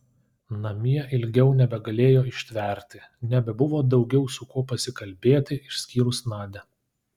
namie ilgiau nebegalėjo ištverti nebebuvo daugiau su kuo pasikalbėti išskyrus nadią